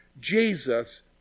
Jesus